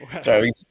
Sorry